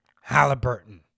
Halliburton